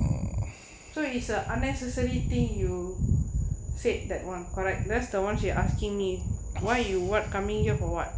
ah so is a unnecessary thing you said that [one] correct less the [one] she asking me why you [what] coming you for [what]